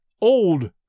old